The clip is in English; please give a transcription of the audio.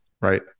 right